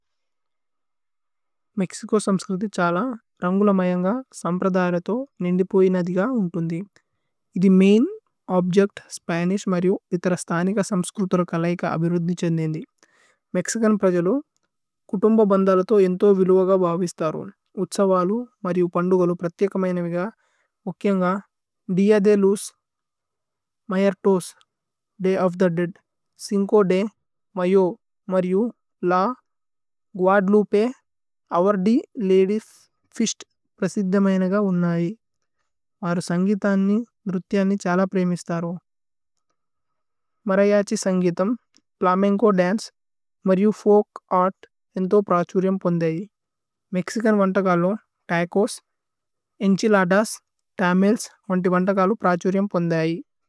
മേക്സിചോ സമ്സ്ക്രുതി ഛല രന്ഗുലമയന്ഗ। സമ്പ്രദരതോ നിന്ദിപോയി നദിഗ ഉന്തുന്ദി। ഇദി മൈന് ഓബ്ജേച്ത് സ്പനിശ് മര്യു വിതരസ്തനിക സമ്സ്ക്രുതുല കലയിക അബിരുദ്നിഛേന്ദേന്ദി। മേക്സിചന് പ്രജലു കുതുമ്ബ ബന്ധലതോ ഏന്ഥോ। വിലുവഗ ഭവിസ്തരു ഉത്സവലു മര്യു പന്ദുഗലു। പ്രത്യകമയനവിഗ ദിഅ ദേ ലുജ് മയേര്തോസ് ദയ്। ഓഫ് ഥേ ദേഅദ് ഛിന്ചോ ദേ മയോ മര്യു ല ഗുഅദലുപേ। അവേര്ദ്യ് ലദ്യ് ഫിസ്ത് പ്രസിദ്ദമയന ഗ ഉന്നയി। വരു സന്ഗീതനി ന്രുഥ്യനി ഛല പ്രേമിസ്തരു। മരയഛി സന്ഗീതമ് പ്ലമേന്ചോ ദന്ചേ മര്യു। ഫോല്ക് അര്ത് ഏന്ഥോ പ്രഛുര്യമ് പോന്ദയി മേക്സിചന്। വന്തഗലു, തചോസ്, ഏന്ഛിലദസ്, തമില്സ്। വന്തഗലു പ്രഛുര്യമ് പോന്ദയി।